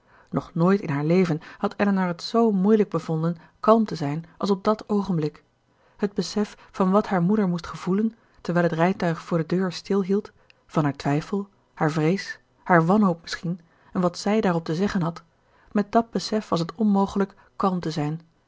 nog nooit in haar leven had elinor het zoo moeilijk bevonden kalm te zijn als op dat oogenblik het besef van wat haar moeder moest gevoelen terwijl het rijtuig voor de deur stilhield van haar twijfel haar vrees haar wanhoop misschien en wat zij daarop te zeggen had met dàt besef was het onmogelijk kalm te zijn